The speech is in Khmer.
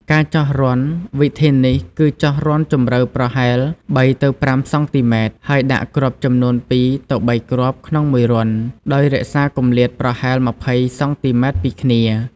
ការចោះរន្ធ វិធីនេះគឺចោះរន្ធជម្រៅប្រហែល ៣ទៅ៥ សង់ទីម៉ែត្រ ហើយដាក់គ្រាប់ចំនួន ២ទៅ៣ គ្រាប់ក្នុងមួយរន្ធ ដោយរក្សាគម្លាតប្រហែល ២០ សង់ទីម៉ែត្រពីគ្នា។